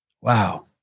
Wow